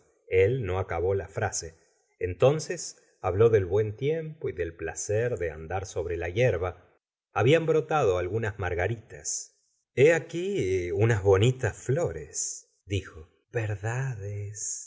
él no acabó la frase entonces habló del buen tiempo y del placer de andar sobre la hierba habían brotado algunas margaritas aquí unas bonitas flores dijo verdad